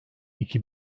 iki